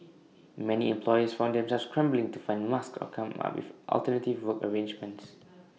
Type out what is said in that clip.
many employers found themselves scrambling to find masks or come up with alternative work arrangements